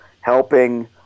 helping